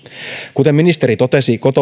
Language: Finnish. kuten ministeri totesi